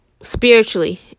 spiritually